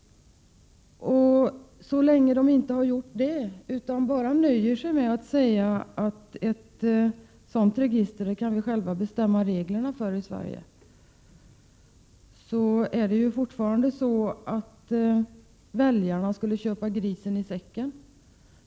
Så länge de inte gör det utan nöjer sig med att säga att vi själva i Sverige kan bestämma reglerna för ett sådant register, innebär det att väljarna skulle köpa grisen i säcken.